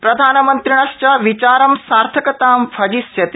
प्रधानमन्त्रिणश्च विचारं सार्थकतां भजिष्यते